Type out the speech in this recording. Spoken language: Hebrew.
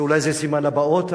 ואולי זה סימן לבאות.